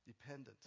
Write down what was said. Dependent